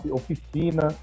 oficina